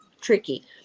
tricky